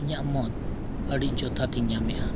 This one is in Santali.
ᱤᱧᱟᱹᱜ ᱢᱚᱫᱽ ᱟᱹᱰᱤ ᱡᱚᱛᱷᱟᱛᱤᱧ ᱧᱟᱢᱮᱜᱼᱟ